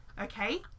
okay